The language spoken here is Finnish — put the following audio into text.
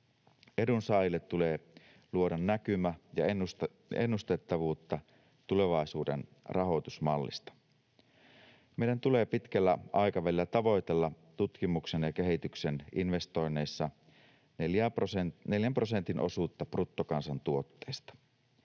Edunsaajille tulee luoda näkymä ja ennustettavuutta tulevaisuuden rahoitusmallista. Meidän tulee pitkällä aikavälillä tavoitella tutkimuksen ja kehityksen investoinneissa 4 prosentin osuutta bruttokansantuotteesta.